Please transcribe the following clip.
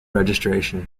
registration